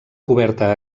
coberta